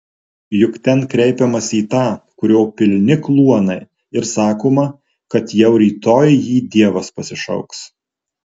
juk ten kreipiamasi į tą kurio pilni kluonai ir sakoma kad jau rytoj jį dievas pasišauks